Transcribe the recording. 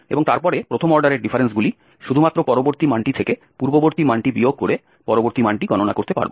এবং তারপরে প্রথম অর্ডারের ডিফারেন্সগুলি শুধুমাত্র পরবর্তী মানটি থেকে পূর্ববর্তী মানটি বিয়োগ করে পরবর্তী মানটি গণনা করতে পারব